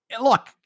Look